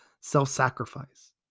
self-sacrifice